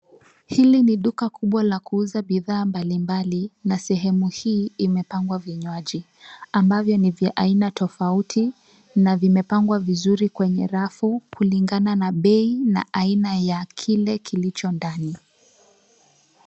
Hili ni duka kubwa la kuuza bidhaa mbali mbali na sehemu hii imepangwa vinywaji ambavyo ni vya aina tofauti na vimepangwa vizuri kwenye rafu kulingana na bei na aina ya kile kilicho ndani